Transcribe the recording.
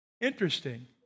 Interesting